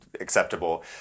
acceptable